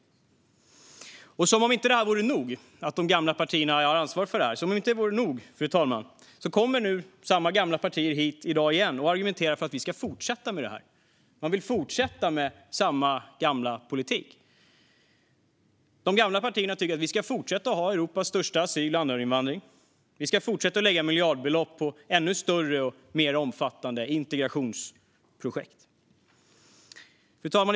Som om det inte vore nog att de gamla partierna har ansvaret för detta, fru talman, kommer samma gamla partier hit i dag igen och argumenterar för att vi ska fortsätta med det här. Man vill fortsätta med samma gamla politik. De gamla partierna tycker att vi ska fortsätta att ha Europas största asyl och anhöriginvandring. Vi ska fortsätta att lägga miljardbelopp på ännu större och mer omfattande integrationsprojekt. Fru talman!